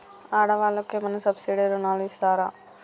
ఆడ వాళ్ళకు ఏమైనా సబ్సిడీ రుణాలు ఇస్తారా?